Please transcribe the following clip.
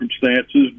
circumstances